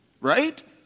Right